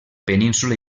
península